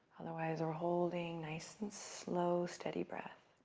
otherwise, we're holding, nice and slow, steady breath.